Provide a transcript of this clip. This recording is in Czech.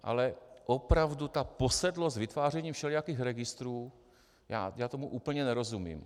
Ale opravdu ta posedlost vytvářením všelijakých registrů, já tomu úplně nerozumím.